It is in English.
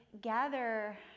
gather